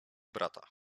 brata